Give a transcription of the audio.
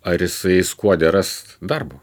ar jisai skuode ras darbo